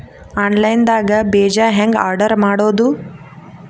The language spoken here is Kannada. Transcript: ಆನ್ಲೈನ್ ದಾಗ ಬೇಜಾ ಹೆಂಗ್ ಆರ್ಡರ್ ಮಾಡೋದು?